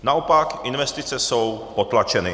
Naopak investice jsou potlačeny.